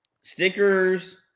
stickers